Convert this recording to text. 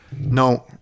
No